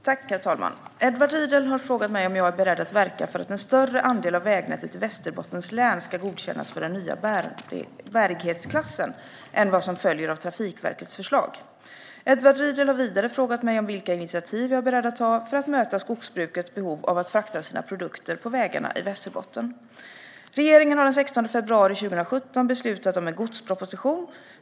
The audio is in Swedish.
Herr talman! Edward Riedl har frågat mig om jag är beredd att verka för att en större andel av vägnätet i Västerbottens län ska godkännas för den nya bärighetsklassen än vad som följer av Trafikverkets förslag. Edward Riedl har vidare frågat mig om vilka initiativ jag är beredd att ta för att möta skogsbrukets behov av att frakta sina produkter på vägarna i Västerbotten. Regeringen har den 16 februari 2017 beslutat om en godsproposition.